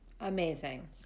Amazing